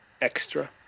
extra